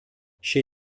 chez